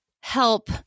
help